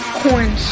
corn